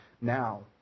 now